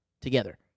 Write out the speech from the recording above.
together